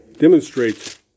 demonstrates